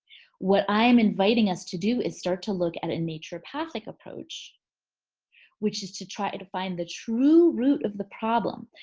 what i am inviting us to do is start to look at a naturopathic approach which is to try to find the true root of the problem.